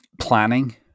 planning